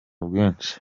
bwinshi